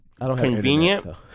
convenient